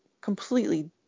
completely